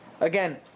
Again